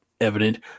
evident